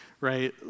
right